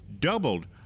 doubled